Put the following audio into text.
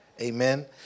Amen